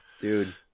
Dude